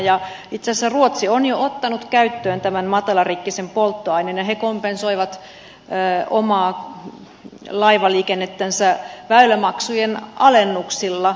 itse asiassa ruotsi on jo ottanut käyttöön tämän matalarikkisen polttoaineen ja he kompensoivat omaa laivaliikennettänsä väylämaksujen alennuksilla